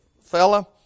fella